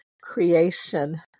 creation